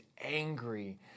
angry